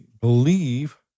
believe